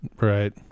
Right